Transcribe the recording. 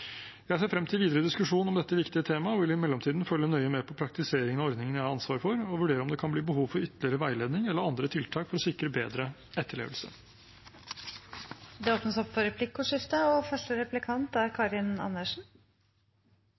Jeg ser frem til videre diskusjon om dette viktige temaet og vil i mellomtiden følge nøye med på praktiseringen av ordningene jeg har ansvar for, og vurdere om det kan bli behov for ytterligere veiledning eller andre tiltak for å sikre bedre etterlevelse. Det blir replikkordskifte